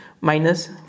minus